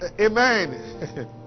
Amen